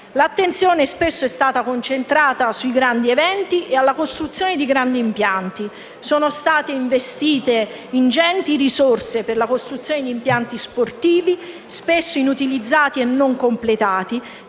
L'attenzione spesso è stata concentrata sui grandi eventi e sulla costruzione di grandi impianti. Sono state investite ingenti risorse per la costruzione di impianti sportivi, spesso inutilizzati e non completati,